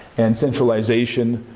and centralization,